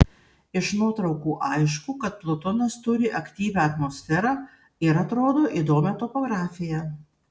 iš nuotraukų aišku kad plutonas turi aktyvią atmosferą ir atrodo įdomią topografiją